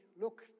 look